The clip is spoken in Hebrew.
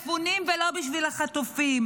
לא בשביל המפונים ולא בשביל החטופים,